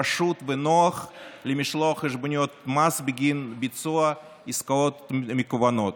פשוט ונוח למשלוח חשבוניות מס בגין ביצוע עסקאות מקוונות.